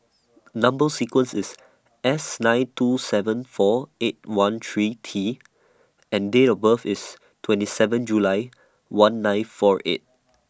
Number sequence IS S nine two seven four eight one three T and Date of birth IS twenty seven July one nine four eight